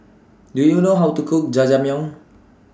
Do YOU know How to Cook Jajangmyeon